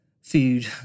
food